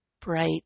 bright